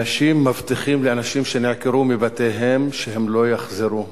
אנשים מבטיחים לאנשים שנעקרו מבתיהם שהם לא יחזרו.